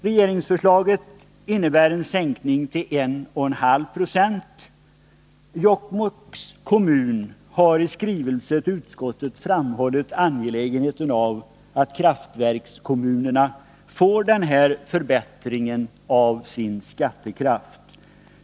Regeringsförslaget innebär en sänkning till 1,5 70. Jokkmokks kommun har i skrivelse tillutskottet framhållit angelägenheten av att kraftverkskommunerna får den här förstärkningen av sin skattekraft.